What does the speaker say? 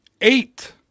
Eight